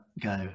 go